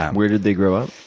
where did they grow up?